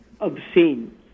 obscene